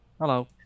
Hello